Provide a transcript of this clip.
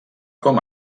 com